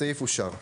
הסעיף אושר.